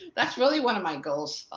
that's really one of my goals.